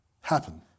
happen